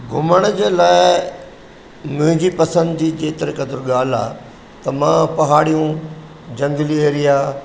घुमण जे लाइ मुंहिंजी पसंदि जी जे तर क़द्रु ॻाल्हि आहे त मां पहाड़ियूं जंगली एरिया